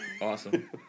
awesome